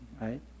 right